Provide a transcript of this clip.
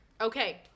Okay